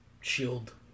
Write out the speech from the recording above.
shield